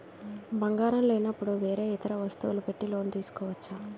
బంగారం లేనపుడు వేరే ఇతర వస్తువులు పెట్టి లోన్ తీసుకోవచ్చా?